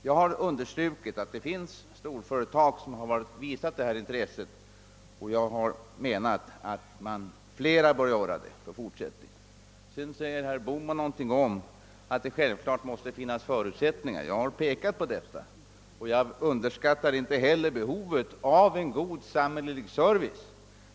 Jag har understrukit att det finns storföretag som har visat sådant intresse, men jag har menat att flera bör göra det i fortsättningen. Vidare säger herr Bohman någonting om att det självklart måste finnas förutsättningar. Jag har pekat på det, och jag underskattar inte heller behovet av en god samhällelig service.